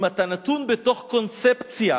אם אתה נתון בתוך קונספציה